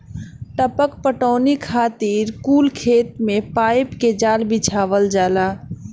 टपक पटौनी खातिर कुल खेत मे पाइप के जाल बिछावल जाला